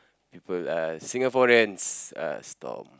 people uh Singaporeans uh Stomp